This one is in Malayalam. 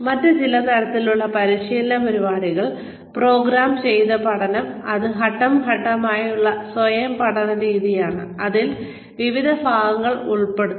മറ്റ് ചില തരത്തിലുള്ള പരിശീലന പരിപാടികൾ പ്രോഗ്രാം ചെയ്ത പഠനം അത് ഘട്ടം ഘട്ടമായുള്ള സ്വയം പഠന രീതിയാണ് അതിൽ വിവിധ ഭാഗങ്ങൾ ഉൾപ്പെടുന്നു